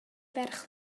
ferch